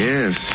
Yes